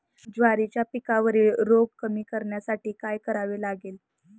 ज्वारीच्या पिकावरील रोग कमी करण्यासाठी काय करावे लागेल?